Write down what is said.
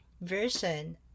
version